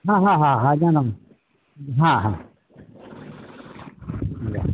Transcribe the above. হ্যাঁ হ্যাঁ হ্যাঁ হ্যাঁ জানাবো হ্যাঁ হ্যাঁ